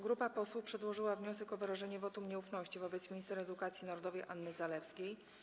Grupa posłów przedłożyła wniosek o wyrażenie wotum nieufności wobec minister edukacji narodowej Anny Zalewskiej.